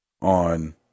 on